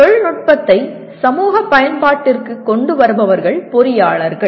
தொழில்நுட்பத்தை சமூக பயன்பாட்டிற்கு கொண்டு வருபவர்கள் பொறியாளர்கள்